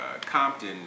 Compton